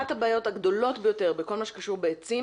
אחת הבעיות הגדולות ביותר בכל מה שקשור בעצים,